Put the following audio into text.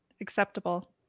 Acceptable